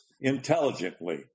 intelligently